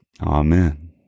amen